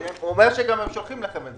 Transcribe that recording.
הוא אומר שהם שולחים לכם את זה.